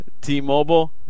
T-Mobile